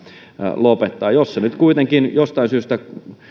lopettaa jos se nyt kuitenkin jostain syystä